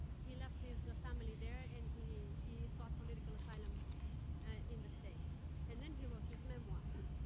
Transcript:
he left his family there and he he sought political asylum in the states. and then, he wrote his memoirs.